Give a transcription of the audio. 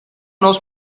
knows